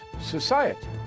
society